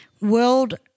World